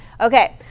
Okay